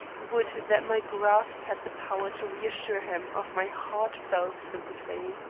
would that my grasp had the power to reassure him of my heartfelt sympathy.